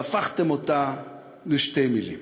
והפכתם אותה לשתי מילים.